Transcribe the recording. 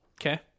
okay